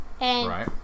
Right